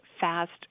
Fast